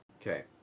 Okay